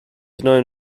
known